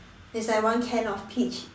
it's like one can of peach